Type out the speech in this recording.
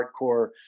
hardcore